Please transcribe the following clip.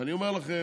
ואני אומר לכם,